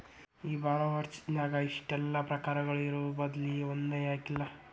ಈ ಬಾರೊವರ್ಸ್ ನ್ಯಾಗ ಇಷ್ಟೆಲಾ ಪ್ರಕಾರಗಳು ಇರೊಬದ್ಲಿ ಒಂದನ ಯಾಕಿಲ್ಲಾ?